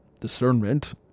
discernment